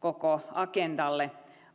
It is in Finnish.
koko agendalle